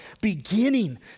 beginning